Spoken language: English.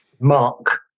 Mark